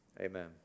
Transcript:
Amen